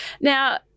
Now